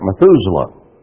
Methuselah